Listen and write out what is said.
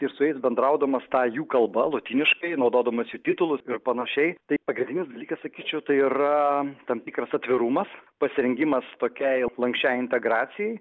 ir su jais bendraudamas ta jų kalba lotyniškai naudodamas jų titulus ir panašiai tai pagrindinis dalykas sakyčiau tai yra tam tikras atvirumas pasirengimas tokiai lanksčiai integracijai